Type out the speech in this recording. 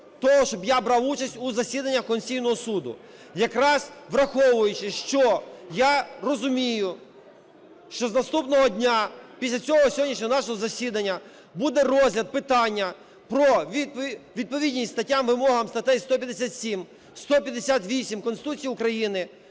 того, щоб я брав участь у засіданнях Конституційного Суду. Якраз враховуючи, що я розумію, що з наступного дня після цього сьогоднішнього нашого засідання буде розгляд питання про відповідність статтям, вимогам статей 157, 158 Конституції України